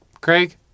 Craig